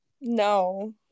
No